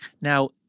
Now